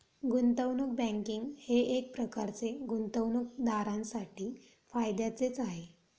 गुंतवणूक बँकिंग हे एकप्रकारे गुंतवणूकदारांसाठी फायद्याचेच आहे